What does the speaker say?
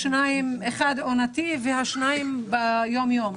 אחד עונתי ושניים יומיומיים.